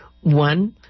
one